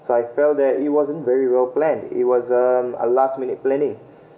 so I felt that it wasn't very well planned it was um a last minute planning